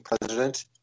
president